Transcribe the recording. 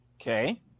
Okay